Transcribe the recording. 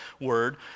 word